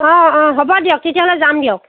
অ' অ' হ'ব দিয়ক তেতিয়াহ'লে যাম দিয়ক